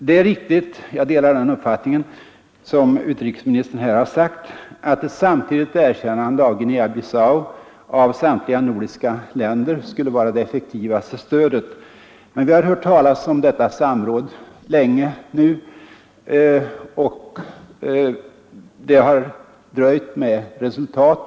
Det är riktigt — jag delar den uppfattning som utrikesministern nu framfört — att ett samtidigt erkännande av Guinea-Bissau från samtliga nordiska länder skulle vara det effektivaste stödet, men vi har nu sedan länge hört talas om samråd om detta, och det har dröjt med resultat.